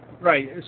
right